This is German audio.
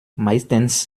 meistens